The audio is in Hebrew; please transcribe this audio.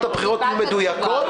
שתוצאות הבחירות יהיו מדויקות,